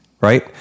right